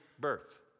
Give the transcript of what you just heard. birth